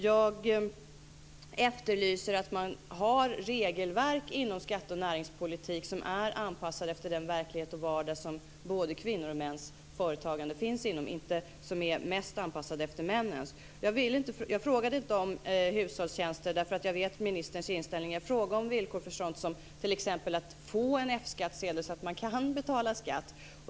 Jag efterlyser regelverk inom skattepolitik och näringsliv som är anpassat efter den verklighet och vardag som både kvinnors och mäns företagande finns i, och som inte är anpassat efter den verklighet som mest är männens. Jag frågade inte om hushållsnära tjänster, därför att jag känner till ministerns inställning. Jag frågade om villkor för att man t.ex. ska få en F-skattsedel så att man kan betala skatt.